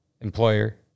employer